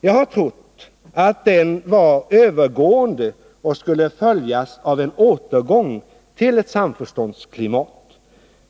Jag har trott att den var övergående och skulle följas av en återgång till ett samförståndsklimat.